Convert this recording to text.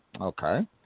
Okay